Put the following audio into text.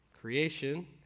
Creation